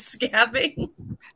scabbing